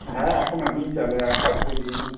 হ্যাঁ এখন আমিই চালাই আর কাউকে দিই নি